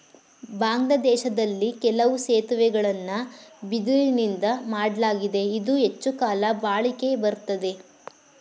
ಬಾಂಗ್ಲಾದೇಶ್ದಲ್ಲಿ ಕೆಲವು ಸೇತುವೆಗಳನ್ನ ಬಿದಿರುನಿಂದಾ ಮಾಡ್ಲಾಗಿದೆ ಇದು ಹೆಚ್ಚುಕಾಲ ಬಾಳಿಕೆ ಬರ್ತದೆ